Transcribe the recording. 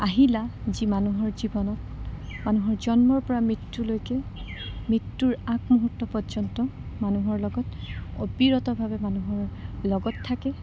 আহিলা যি মানুহৰ জীৱনত মানুহৰ জন্মৰপৰা মৃত্য়ুলৈকে মৃত্যুৰ আগমুহূৰ্ত পৰ্যন্ত মানুহৰ লগত অবিৰতভাৱে মানুহৰ লগত থাকে